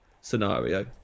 scenario